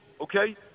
okay